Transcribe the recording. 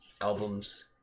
albums